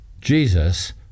Jesus